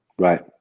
Right